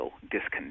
discontent